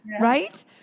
Right